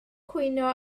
cwyno